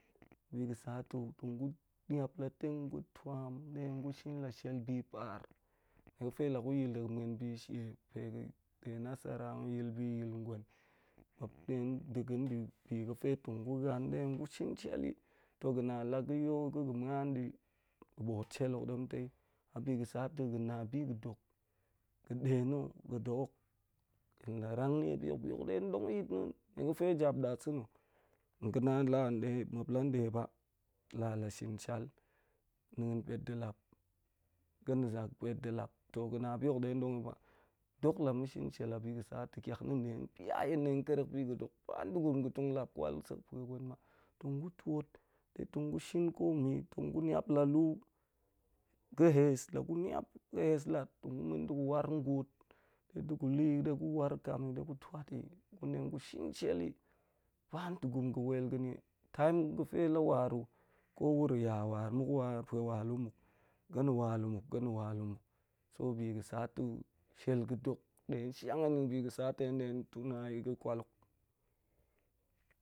Biga̱ sa to gu niap la teng gu tuam de gu shin la shel be par, nie ga̱fe la yil de ga̱ muan bi she pe ga̱ de nasara nyil bi yil ngwen, muap ɗe ɗa ga̱ ndibi ga̱fe dong gu haan ɗe gu shin shel yi. To ga̱ na la ga̱ yol de ga̱ muan di, ga̱ bo̱o̱t shei hok ɗemtai, a bi ga̱ sa to ga̱ na bi ga̱ dok, ga̱ ɗe na̱ ga̱ dok hok hen la rang nie bi hok, bi hok de tong dong yit na̱, nie ga̱fe jap ɗasa̱ha̱ muap lan ɗe ba, la la shin shal na̱a̱n pet de lap, ga̱na̱ zak pet ɗe lap, to ga̱ na bi hok ɗe lap, ga̱na̱ zak pet ɗe lap, to ga̱ na bi hok ɗe dong yi ba. Dok la ma̱ shin shel a bi ga̱ sa to kiak na de pya hen ɗe kerek bi ga̱ dok, ba gurum ga̱tong, lap kwal sek pua gwen ba, tong gu tuot de tong gu shin ko mu yi, tong gu niap la lu ga̱ hes, la gu nap ga̱ hes lat tong gu muan de gu war nguut ɗe de gu leyi de gu war kam mi de gu tuat, gun ɗe gu shin shel yi ba ɗe gurum ga̱ wel ga̱nie. Time ga̱fe la waru, ko wuro ya war muk nwa pa̱ wa lu muk, ga̱na wa lai muk, ga̱ na̱ wa ti mak, so bi ga̱sa to shel ga̱ dok de shiang hen yi, bi ga̱ sa to hen de tona yi ga̱ kwal hok